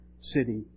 city